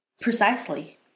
Precisely